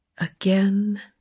Again